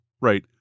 right